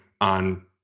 on